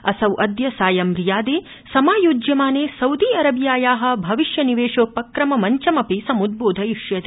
असौ अद्य सायं रियादे समायोज्यमाने सउदी अरबियाया भविष्य निवेशोपक्रम मञ्चमपि समुद्रोधयिष्यति